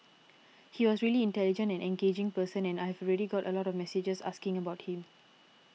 he was a really intelligent and engaging person and I've already got a lot of messages asking about him